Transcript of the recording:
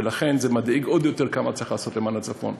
ולכן, מדאיג עוד יותר כמה צריך לעשות למען הצפון.